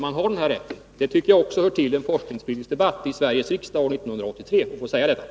Jag tycker att det hör till en forskningspolitisk debatt i Sveriges riksdag 1983 att säga detta.